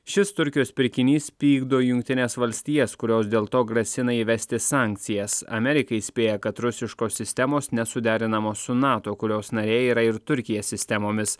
šis turkijos pirkinys pykdo jungtines valstijas kurios dėl to grasina įvesti sankcijas amerika įspėja kad rusiškos sistemos nesuderinamos su nato kurios narė yra ir turkija sistemomis